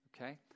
okay